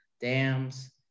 dams